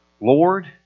Lord